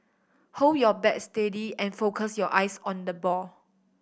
hold your bat steady and focus your eyes on the ball